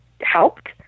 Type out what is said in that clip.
helped